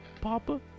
Papa